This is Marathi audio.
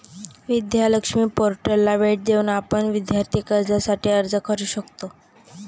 विद्या लक्ष्मी पोर्टलला भेट देऊन आपण विद्यार्थी कर्जासाठी अर्ज करू शकता